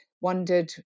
Wondered